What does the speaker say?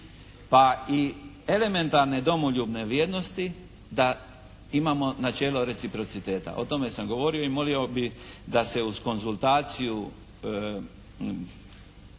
pa i elementarne domoljubne vrijednosti da imamo načelo reciprociteta. O tome sam govorio i molio bih da se uz konzultaciju